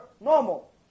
normal